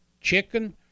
chicken